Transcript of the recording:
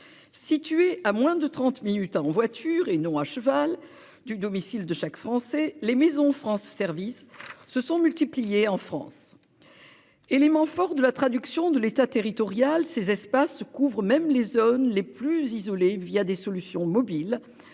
Située à moins de 30 minutes en voiture et non à cheval du domicile de chaque Français les maisons France services se sont multipliés en France. Élément fort de la traduction de l'État, territorial ces espaces couvre même les zones les plus isolées via des solutions mobiles